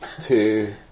two